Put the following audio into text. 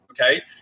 Okay